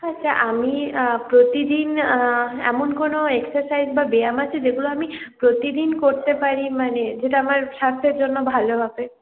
আচ্ছা আমি প্রতিদিন এমন কোনো এক্সারসাইজ বা ব্যায়াম আছে যেগুলো আমি প্রতিদিন করতে পারি মানে যেটা আমার স্বাস্থ্যের জন্য ভালো হবে